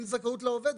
אין זכאות לעובד.